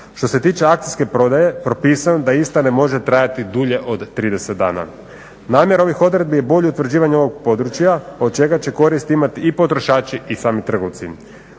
Što se tiče akcijske prodaje, propisano je da ista ne može trajati dulje od 30 dana. Namjera ovih odredbi je bolje utvrđivanje ovog područja od čega će koristi imati i potrošači i sami trgovci.